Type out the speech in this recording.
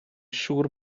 siŵr